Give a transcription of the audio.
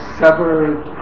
severed